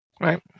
Right